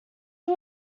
who